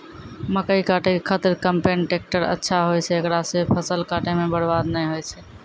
मकई काटै के खातिर कम्पेन टेकटर अच्छा होय छै ऐकरा से फसल काटै मे बरवाद नैय होय छै?